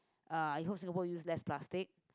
uh I hope Singapore use less plastic